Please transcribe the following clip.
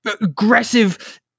aggressive